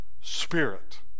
spirit